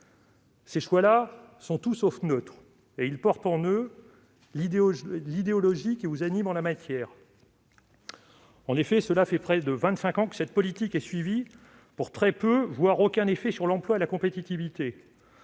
Ces choix-là sont tout sauf neutres ; ils portent en eux, l'idéologie qui vous anime en la matière. En effet, cela fait près de vingt-cinq ans qu'une telle politique est suivie de très peu, voire d'aucun effet sur l'emploi et la compétitivité.